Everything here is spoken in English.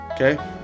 Okay